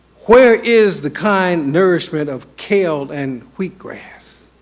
where is the kind nourishment of kale and wheatgrass?